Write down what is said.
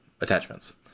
attachments